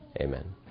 Amen